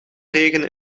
regen